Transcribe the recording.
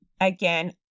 Again